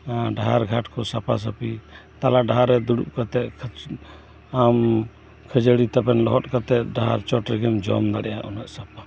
ᱰᱟᱦᱟᱨ ᱜᱷᱟᱴᱠᱩ ᱥᱟᱯᱷᱟ ᱥᱟᱹᱯᱤ ᱛᱟᱞᱟ ᱰᱟᱦᱟᱨ ᱨᱮ ᱫᱩᱲᱩᱵ ᱠᱟᱛᱮᱫ ᱠᱷᱟᱹᱡᱟᱹᱲᱤ ᱛᱟᱵᱮᱱ ᱞᱚᱦᱚᱫ ᱠᱟᱛᱮᱜ ᱰᱟᱦᱟᱨ ᱪᱚᱴ ᱨᱮᱜᱮᱢ ᱡᱚᱢ ᱫᱟᱲᱮᱭᱟᱜᱼᱟ ᱩᱱᱟᱹᱜ ᱥᱟᱯᱷᱟ